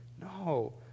No